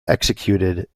executed